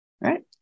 Right